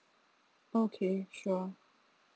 okay sure